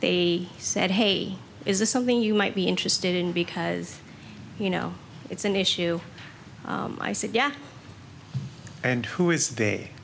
they said hey is this something you might be interested in because you know it's an issue i said yeah and who is